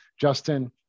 Justin